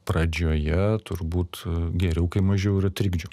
pradžioje turbūt geriau kai mažiau yra trikdžių